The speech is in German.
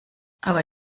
aber